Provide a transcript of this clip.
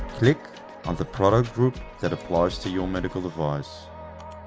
click on the product group that applies to your medical device.